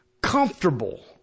comfortable